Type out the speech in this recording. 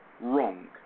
wrong